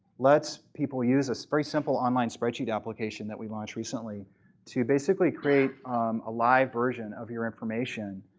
lets people use this very simple on line spreadsheet application that we launched recently to basically create a live version of your information.